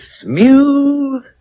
smooth